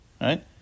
right